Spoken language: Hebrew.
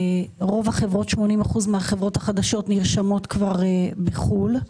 80% מהחברות החדשות נרשמות כבר בחו"ל,